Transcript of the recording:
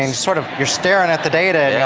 um sort of you're staring at the data yeah